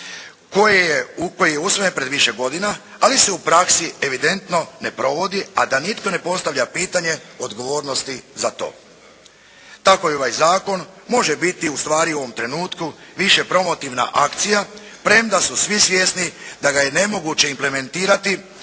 koji je usvojen pred više godine, ali se u praksi evidentno ne provodi, a da nitko ne postavlja pitanje odgovornosti za to. Tako i ovaj Zakon može biti ustvari u ovom trenutku više promotivna akcija premda su svi svjesni da ga je nemoguće implementirati